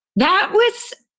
that was,